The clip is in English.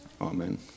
Amen